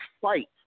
fight